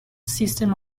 system